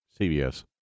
CBS